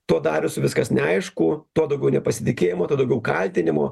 tuo darosi viskas neaišku tuo daugiau nepasitikėjimo tuo daugiau kaltinimų